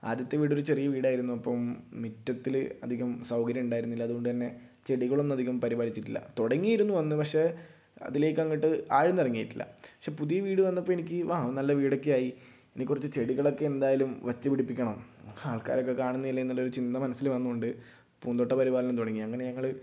ആദ്യത്തെ വീട് ഒരു ചെറിയ വീടായിരുന്നു അപ്പം മുറ്റത്തിൽ അധികം സൗകര്യം ഉണ്ടായിരുന്നില്ല അതുകൊണ്ട് തന്നെ ചെടികളൊന്നും അധികം പരിപാലിച്ചിട്ടില്ല തുടങ്ങിരുന്നു അന്ന് പക്ഷേ അതിലേക്ക് അങ്ങോട്ട് ആഴ്ന്ന് ഇറങ്ങിയിട്ടില്ല പക്ഷെ പുതിയ വീട് വന്നപ്പോൾ എനിക്ക് ആ നല്ല വീടൊക്കെയായി ഇനി കുറച്ച് ചെടികളൊക്കെ എന്തായാലും വെച്ച് പിടിപ്പിക്കണം ആൾക്കാരൊക്കെ കാണുന്നതല്ലേ എന്ന ഒരു ചിന്ത മനസ്സിൽ വന്നോണ്ട് പൂന്തോട്ട പരിപാലനം തുടങ്ങി അങ്ങനെ ഞങ്ങൾ